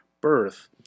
birth